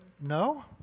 No